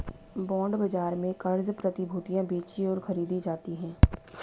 bond बाजार में क़र्ज़ प्रतिभूतियां बेचीं और खरीदी जाती हैं